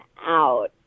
out